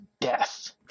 death